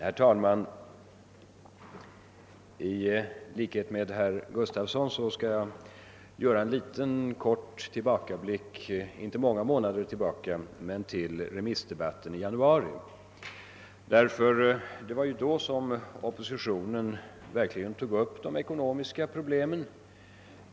Herr talman! I likhet med herr Gustafson i Göteborg skall jag göra en kort tillbakablick — inte många månader men till remissdebatten i januari. Det var då, som oppositionen verkligen tog upp de ekonomiska problemen.